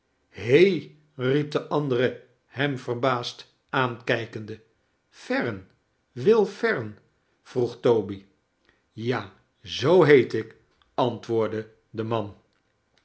riep de andere hem verbaasd aankijkende fern will fern vroeg toby ja zoo heet ik antwoordde de man